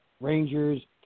Rangers